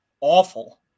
awful